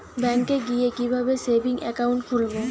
ব্যাঙ্কে গিয়ে কিভাবে সেভিংস একাউন্ট খুলব?